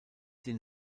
den